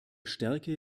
stärke